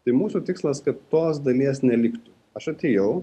tai mūsų tikslas kad tos dalies neliktų aš atėjau